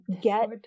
get